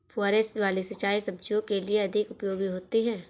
फुहारे वाली सिंचाई सब्जियों के लिए अधिक उपयोगी होती है?